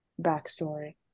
backstory